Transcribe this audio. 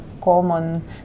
common